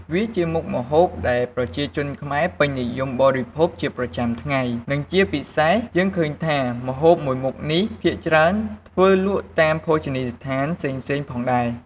វាជាមុខម្ហូបដែលប្រជាជនខ្មែរពេញនិយមបរិភោគជាប្រចាំថ្ងៃ និងជាពិសេសយើងឃើញថាម្ហូបមួយមុខនេះភាគច្រើនធ្វើលក់តាមភោជនីយដ្ឋានផ្សេងៗផងដែរ។